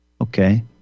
Okay